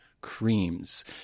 Creams